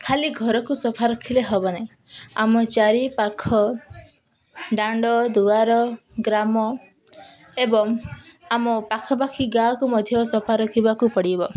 ଖାଲି ଘରକୁ ସଫା ରଖିଲେ ହେବ ନାଇଁ ଆମ ଚାରିପାଖ ଦାଣ୍ଡ ଦୁଆର ଗ୍ରାମ ଏବଂ ଆମ ପାଖାପାଖି ଗାଁକୁ ମଧ୍ୟ ସଫା ରଖିବାକୁ ପଡ଼ିବ